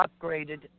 upgraded